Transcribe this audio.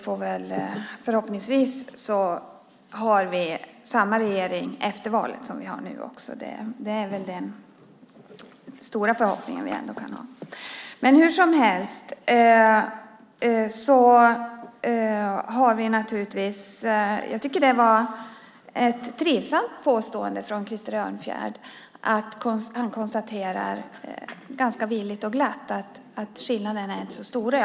Förhoppningsvis har vi samma regering efter valet som vi har nu. Det är väl den stora förhoppningen. Hur som helst tycker jag att det var ett trivsamt påstående från Krister Örnfjäder. Han konstaterar ganska villigt och glatt att skillnaderna inte är så stora.